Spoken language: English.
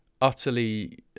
utterly